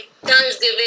thanksgiving